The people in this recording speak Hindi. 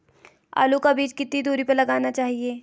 आलू का बीज कितनी दूरी पर लगाना चाहिए?